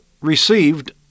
received